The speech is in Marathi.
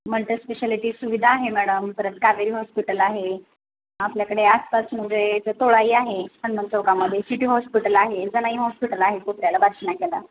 म्हंट स्पेशालिटी सुविधा आहे मॅडम परत कावेरी हॉस्पिटल आहे आपल्याकडे आसपास ज तोळाई आहे चंदन चौकामध्ये सिटी हॉस्पिटल आहे जनाई हॉस्पिटल आहे बार्शी नाक्याला